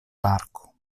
parko